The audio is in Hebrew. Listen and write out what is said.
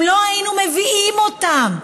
אם לא היינו מביאים אותם,